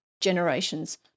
generations